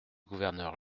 gouverneur